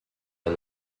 est